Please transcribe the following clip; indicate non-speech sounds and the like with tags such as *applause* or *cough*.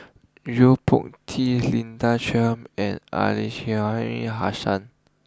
Yo Po Tee Linda Chiam and *unintelligible* Hassan